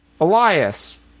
Elias